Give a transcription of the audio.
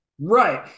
Right